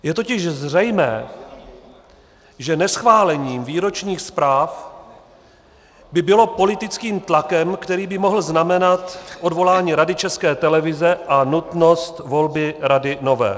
Je totiž zřejmé, že neschválení výročních zpráv by bylo politickým tlakem, který by mohl znamenat odvolání Rady České televize a nutnost volby rady nové.